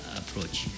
approach